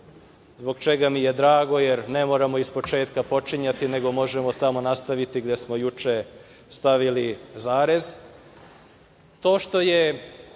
zbog čega mi je drago, jer ne moramo ispočetka počinjati, nego možemo tamo nastaviti gde smo juče stavili zarez. To što je